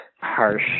harsh